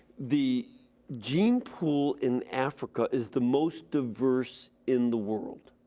the gene pool in africa is the most diverse in the world.